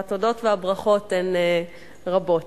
התודות והברכות הן רבות: